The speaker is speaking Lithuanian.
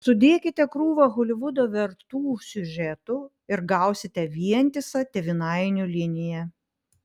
sudėkite krūvą holivudo vertų siužetų ir gausite vientisą tėvynainių liniją